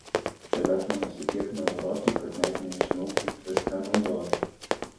telefonas su tiek navarotų kad net nežinau kaip viską naudot